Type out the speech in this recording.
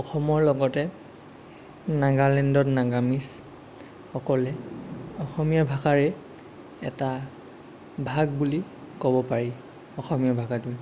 অসমৰ লগতে নাগালেণ্ডত নাগামিছসকলে অসমীয়া ভাষাৰেই এটা ভাগ বুলি ক'ব পাৰি অসমীয়া ভাষাটো